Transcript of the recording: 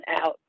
out